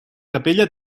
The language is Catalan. capella